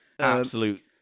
absolute